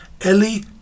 Ellie